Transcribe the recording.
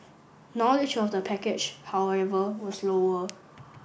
knowledge of the package however was lower